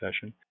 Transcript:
session